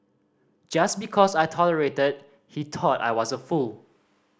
just because I tolerated he thought I was a fool